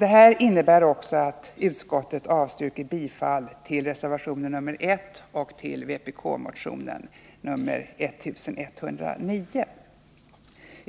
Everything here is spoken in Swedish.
Det här innebär också att utskottet avstyrker bifall till reservation 1 och till vpk-motionen 1109.